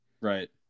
Right